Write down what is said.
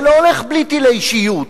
זה לא הולך בלי טילי שיוט.